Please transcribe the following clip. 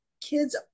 kids